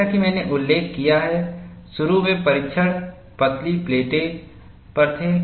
जैसा कि मैंने उल्लेख किया है शुरू में परीक्षण पतली प्लेटों पर थे